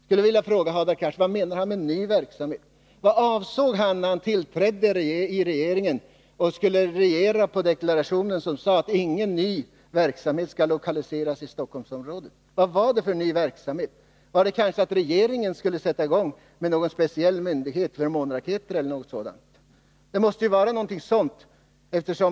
Vad menar Hadar Cars med ny verksamhet? Vad avsåg han när han trädde in i regeringen och skulle regera efter deklarationen ”ingen ny verksamhet skall lokaliseras till Stockholmsområdet”? Menade han med ny verksamhet att regeringen skulle inrätta någon speciell myndighet för månraketer eller någonting sådant?